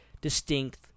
distinct